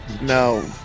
no